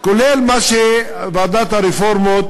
כולל מה שוועדת הרפורמות,